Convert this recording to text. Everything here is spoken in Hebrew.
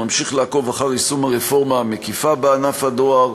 ממשיך לעקוב אחר יישום הרפורמה המקיפה בענף הדואר,